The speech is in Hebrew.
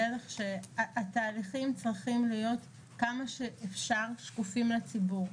שהתהליכים צריכים להיות כמה שאפשר שקופים לציבור,